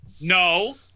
No